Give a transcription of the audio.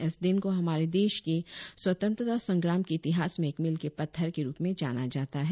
इस दिन को हमारे देश के स्वतंत्रता संग्राम के इतिहास में एक मील के पत्थर के रुप में जाना जाता है